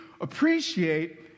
appreciate